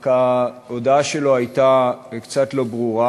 רק ההודעה שלו הייתה קצת לא ברורה,